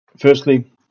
Firstly